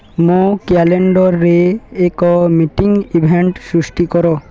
ମୋ କ୍ୟାଲେଣ୍ଡର୍ରେ ଏକ ମିଟିଂ ଇଭେଣ୍ଟ ସୃଷ୍ଟି କର